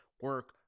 Work